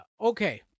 okay